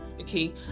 Okay